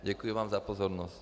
Děkuji vám za pozornost.